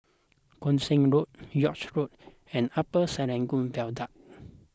Koon Seng Road York Road and Upper Serangoon Viaduct